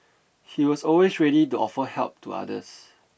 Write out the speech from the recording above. he was always ready to offer help to others